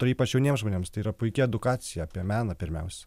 tai ypač jauniems žmonėms tai yra puiki edukacija apie meną pirmiausia